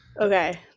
Okay